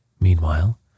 Meanwhile